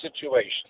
situation